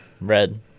red